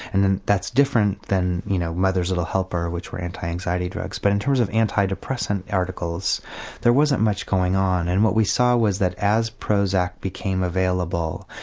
and and that's different than, you know, mother's little helper which were anti-anxiety drugs, but in terms of anti-depressant articles there wasn't much going on. and what we saw was that as prozac became available,